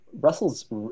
Russell's